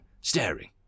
staring